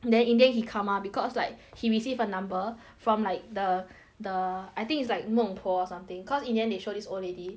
then in the end he comma because like he received a number from like the the I think it's like 孟婆 or something cause in the end they showed this old lady